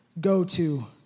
go-to